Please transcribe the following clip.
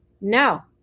No